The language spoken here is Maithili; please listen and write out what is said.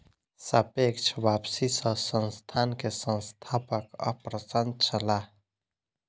सापेक्ष वापसी सॅ संस्थान के संस्थापक अप्रसन्न छलाह